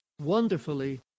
wonderfully